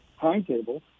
timetable